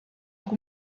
auch